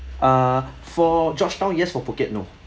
ah for georgetown yes for phuket no